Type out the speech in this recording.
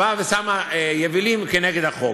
היא באה ושמה יבילים כנגד החוק.